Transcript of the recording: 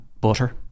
Butter